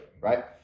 right